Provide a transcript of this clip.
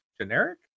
generic